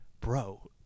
Bro